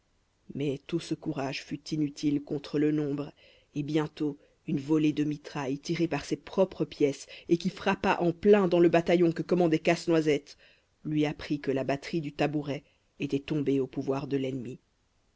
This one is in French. mais tout ce courage fut inutile contre le nombre et bientôt une volée de mitraille tirée par ses propres pièces et qui frappa en plein dans le bataillon que commandait casse-noisette lui apprit que la batterie du tabouret était tombée au pouvoir de l'ennemi